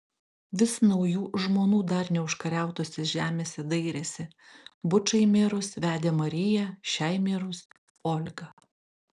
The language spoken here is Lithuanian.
vis naujų žmonų dar neužkariautose žemėse dairėsi bučai mirus vedė mariją šiai mirus olgą